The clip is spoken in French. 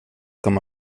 comme